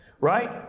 Right